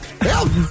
Help